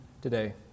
today